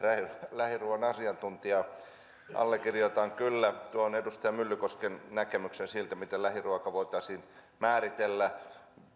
lähiruuan asiantuntijaa allekirjoitan kyllä tuon edustaja myllykosken näkemyksen siitä miten lähiruoka voitaisiin määritellä